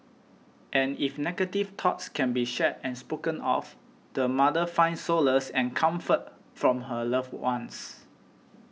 and if negative thoughts can be shared and spoken of the mother finds solace and comfort from her loved ones